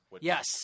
Yes